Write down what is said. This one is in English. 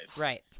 Right